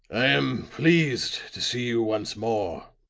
i am pleased to see you once more,